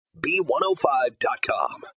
b105.com